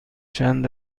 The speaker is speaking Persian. چند